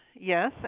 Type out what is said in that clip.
Yes